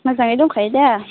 मोजाङै दंखायो दा